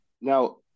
now